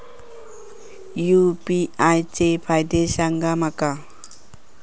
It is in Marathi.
यू.पी.आय चे फायदे सांगा माका?